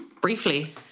briefly